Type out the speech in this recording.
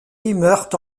meurt